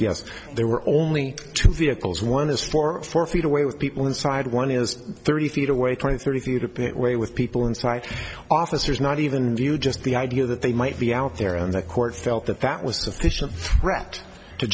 yes there were only two vehicles one this for four feet away with people inside one is thirty feet away twenty thirty feet a pit way with people inside officers not even you just the idea that they might be out there on the court felt that that was sufficient threat to